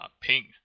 ping